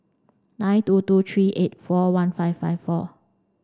nine two two three eight four one five five four